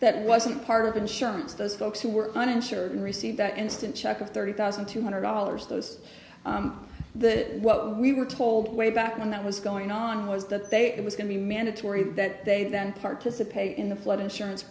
that wasn't part of insurance those folks who were uninsured and received that instant check of thirty thousand two hundred dollars those that what we were told way back when that was going on was that they it was going to be mandatory that they then participate in the flood insurance